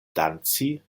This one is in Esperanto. danci